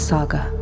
Saga